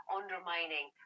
undermining